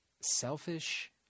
selfish